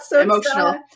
emotional